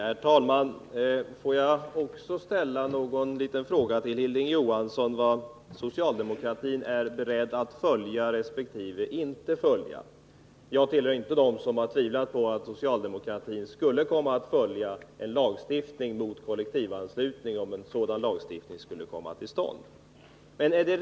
Herr talman! Får också jag ställa en liten fråga till Hilding Johansson om vad socialdemokratin är beredd att följa resp. inte följa. Jag tillhör inte dem som tvivlat på att socialdemokratin skulle komma att följa en lagstiftning mot kollektivanslutning, om en sådan skulle komma till stånd.